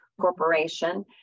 Corporation